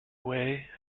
way